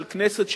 של כנסת,